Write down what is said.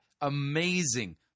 amazing